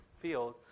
field